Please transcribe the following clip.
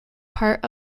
part